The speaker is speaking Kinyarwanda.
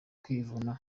kwivuna